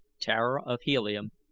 tara of helium,